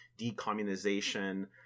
decommunization